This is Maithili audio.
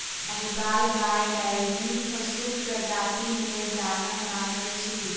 साहिबाल गाय डेयरी पशुक प्रजाति मे जानल मानल अछि